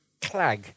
clag